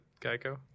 Geico